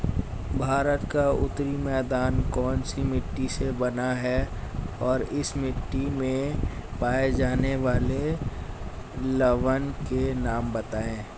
भारत का उत्तरी मैदान कौनसी मिट्टी से बना है और इस मिट्टी में पाए जाने वाले लवण के नाम बताइए?